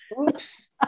Oops